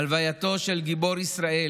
הלווייתו של גיבור ישראל,